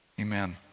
Amen